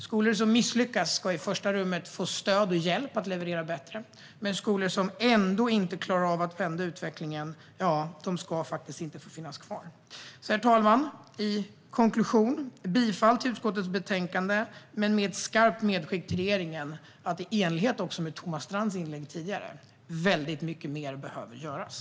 Skolor som misslyckas ska i första hand få stöd och hjälp att leverera bättre, men skolor som ändå inte klarar av att vända utvecklingen ska faktiskt inte få finnas kvar. Herr talman! I konklusion: Jag yrkar bifall till utskottets förslag i betänkandet, men i enlighet med Thomas Strands inlägg tidigare gör jag ett skarpt medskick till regeringen att väldigt mycket mer behöver göras.